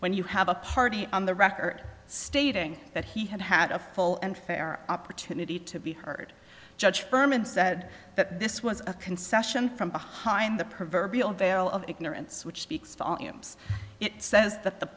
when you have a party on the record stating that he had had a full and fair opportunity to be heard judge berman said that this was a concession from behind the proverbial veil of ignorance which speaks volumes it says th